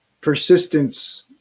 persistence